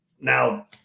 now